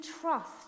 trust